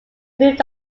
moved